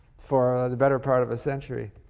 for the better part of a century.